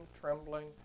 trembling